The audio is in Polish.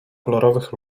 kolorowych